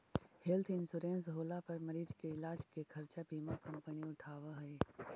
health insurance होला पर मरीज के इलाज के खर्चा बीमा कंपनी उठावऽ हई